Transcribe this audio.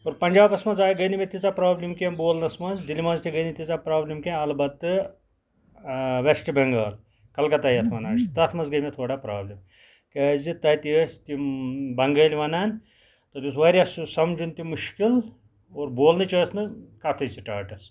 اور پَنجابس منٛز آیہِ گٔے نہٕ مےٚ تۭژاہ پرابلَم کیٚنہہ بولنَس منٛز دلہِ منٛز تہِ گٔے نہٕ تۭژاہ پرابلِم کینٛہہ اَلبتہٕ ویسٹہٕ بینگال کَلکَتا یَتھ وَنان چھِ تَتھ منٛز گٔے مےٚ تھوڑا پرابلِم کیازِ تَتہِ ٲسۍ تِم بَنگٲلۍ وَنان تَتہِ اوس واریاہ سُہ سَمجُن تہِ مُشکِل اور بولنٕچ ٲسۍ نہٕ کَتٕھے سِٹارٹَس